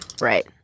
Right